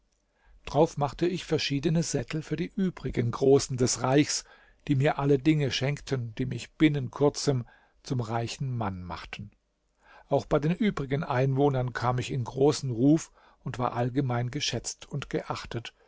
drauf machte ich verschiedene sättel für die übrigen großen des reichs die mir alle dinge schenkten die mich binnen kurzem zum reichen mann machten auch bei den übrigen einwohnern kam ich in großen ruf und war allgemein geschätzt und geachtet